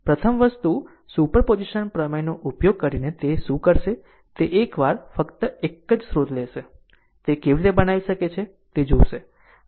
પ્રથમ વસ્તુ સુપરપોઝિશન પ્રમેયનો ઉપયોગ કરીને તે શું કરશે તે એકવાર ફક્ત એક જ સ્રોત લેશે તે કેવી રીતે બનાવી શકે છે તે જોશે